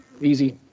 Easy